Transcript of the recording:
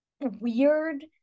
weird